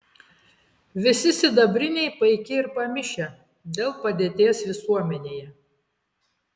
visi sidabriniai paiki ir pamišę dėl padėties visuomenėje